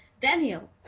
Daniel